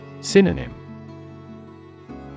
Synonym